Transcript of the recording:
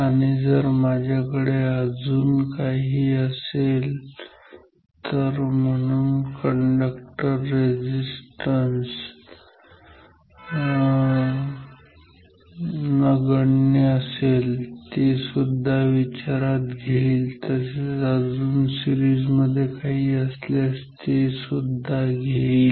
आणि जर माझ्याकडे अजून काही असेल तर म्हणून कंडक्टर रेझिस्टन्स नगण्य असेल ते सुद्धा विचारात घेईल तसेच अजून काही सीरिजमध्ये असल्यास ते सुद्धा घेईल